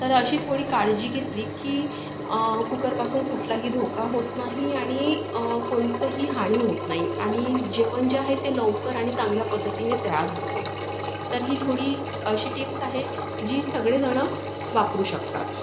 तर अशी थोडी काळजी घेतली की कुकरपासून कुठलाही धोका होत नाही आणि कोणतंही हानी होत नाही आणि जेवण जे आहे ते लवकर आणि चांगल्या पद्धतीने तयार होते तर ही थोडी अशी टिप्स आहे जी सगळेजण वापरू शकतात